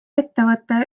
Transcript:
ettevõtte